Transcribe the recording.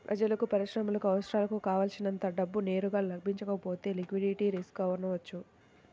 ప్రజలకు, పరిశ్రమలకు అవసరాలకు కావల్సినంత డబ్బు నేరుగా లభించకపోతే లిక్విడిటీ రిస్క్ అనవచ్చు